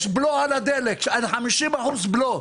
יש בלו על הדלק, 50% בלו.